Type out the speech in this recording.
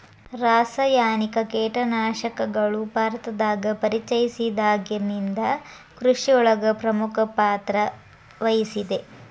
ರಾಸಾಯನಿಕ ಕೇಟನಾಶಕಗಳು ಭಾರತದಾಗ ಪರಿಚಯಸಿದಾಗನಿಂದ್ ಕೃಷಿಯೊಳಗ್ ಪ್ರಮುಖ ಪಾತ್ರವಹಿಸಿದೆ